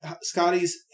Scotty's